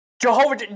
Jehovah